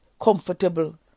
comfortable